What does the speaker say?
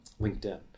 LinkedIn